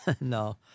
No